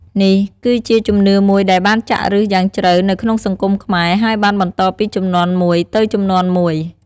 នេះគឺជាជំនឿមួយដែលបានចាក់ឫសយ៉ាងជ្រៅនៅក្នុងសង្គមខ្មែរ ហើយបានបន្តពីជំនាន់មួយទៅជំនាន់មួយ។